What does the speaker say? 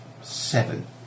Seven